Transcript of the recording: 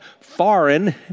foreign